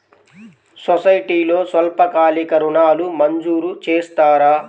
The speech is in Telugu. సొసైటీలో స్వల్పకాలిక ఋణాలు మంజూరు చేస్తారా?